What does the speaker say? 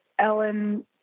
Ellen